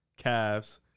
Cavs